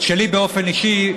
שלי באופן אישי,